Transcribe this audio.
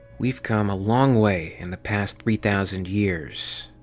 we've come a long way in the past three thousand years.